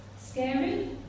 Scary